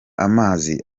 amazi